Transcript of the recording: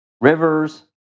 Rivers